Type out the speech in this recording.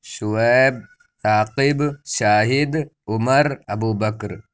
Shoaib Aqib Shahid Umar Abubakar